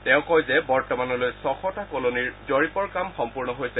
তেওঁ কয় যে বৰ্তমানলৈ ছশটা কলনীৰ জৰীপৰ কাম সম্পূৰ্ণ হৈছে